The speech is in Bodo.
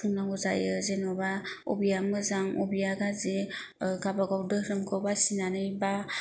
फुननांगौ जायो जेनेबा बबेया मोजां बबेया गाज्रि गावबागाव धोरोमखौ बासिनानै एबा